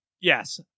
Yes